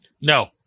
No